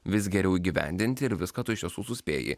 vis geriau įgyvendinti ir viską tu iš tiesų suspėji